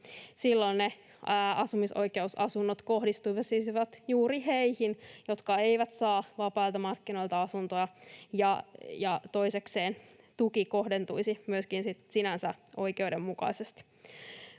Silloin ne asumisoikeusasunnot kohdistuisivat juuri heihin, jotka eivät saa vapailta markkinoilta asuntoa, ja toisekseen tuki kohdentuisi myöskin sinänsä oikeudenmukaisesti.